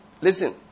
Listen